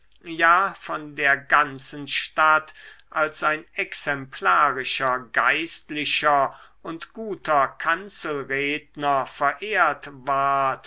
ja von der ganzen stadt als ein exemplarischer geistlicher und guter kanzelredner verehrt ward